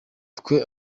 twe